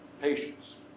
patients